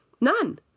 None